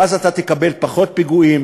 ואז אתה תקבל פחות פיגועים,